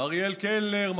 אריאל קלנר,